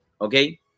okay